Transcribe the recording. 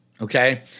okay